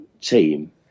team